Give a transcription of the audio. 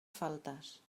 faltes